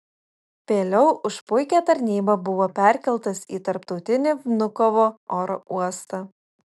vėliau už puikią tarnybą buvo perkeltas į tarptautinį vnukovo oro uostą